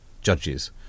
judges